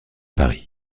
paris